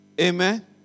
Amen